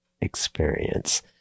experience